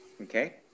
Okay